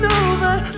over